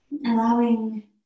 Allowing